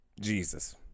Jesus